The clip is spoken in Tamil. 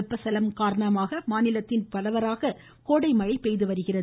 வெப்பச்சலணம் காரணமாக மாநிலத்தில் பரவலாக கோடை மழை பெய்து வருகிறது